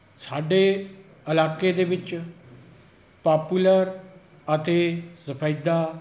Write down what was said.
ਸਾਡੇ ਇਲਾਕੇ ਦੇ ਵਿੱਚ ਪਾਪਲਰ ਅਤੇ ਸਫ਼ੈਦਾ